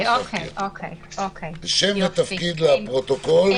שם ותפקיד לפרוטוקול בבקשה.